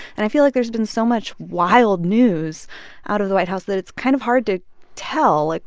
and i feel like there's been so much wild news out of the white house that it's kind of hard to tell, like,